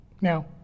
Now